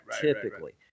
typically